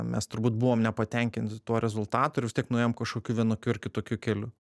mes turbūt buvom nepatenkinti tuo rezultatu ir vis tiek nuėjom kažkokiu vienokiu ar kitokiu keliu